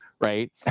right